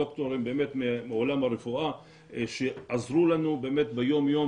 דוקטורים מעולם הרפואה שעזרו לנו ביום יום